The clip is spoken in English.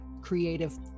creative